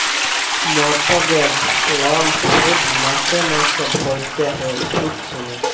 mortgage লল শোধ মাসে মাসে ভ্যইরতে হ্যয় সুদ সমেত